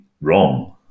wrong